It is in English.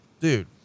dude